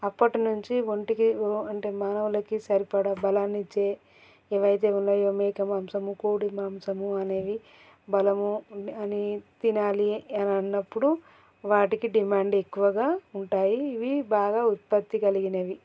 అప్పటినుంచి ఒంటికి ఒ అంటే మానవులకి సరిపడా బలాన్ని ఇచ్చే ఏవైతే ఉన్నాయో మేక మాంసము కోడి మాంసము అనేవి బలము అని తినాలి అని అన్నప్పుడు వాటికి డిమాండ్ ఎక్కువగా ఉంటాయి ఇవి బాగా ఉత్పత్తి కలిగినవి